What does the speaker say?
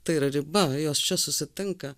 tai yra riba jos čia susitinka